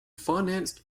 financed